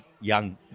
young